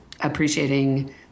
appreciating